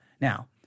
Now